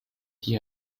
die